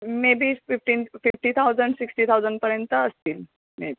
maybe fifteen fifty thousand sixty थाउजंडपर्यंत असतील maybe